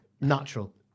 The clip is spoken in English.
natural